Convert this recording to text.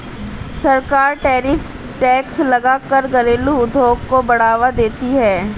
सरकार tariff tax लगा कर घरेलु उद्योग को बढ़ावा देती है